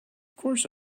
course